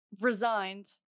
resigned